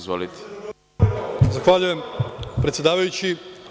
Zahvaljujem predsedavajući.